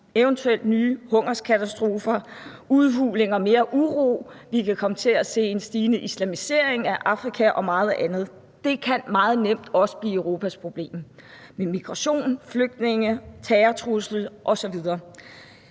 Eventuelle nye hungerkatastrofer, udhuling og mere uro, og vi kan komme til at se en stigende islamisering af Afrika og meget andet. Det kan meget nemt også blive Europas problem med migration, flygtninge, terrortrussel osv.